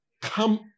come